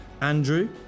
Andrew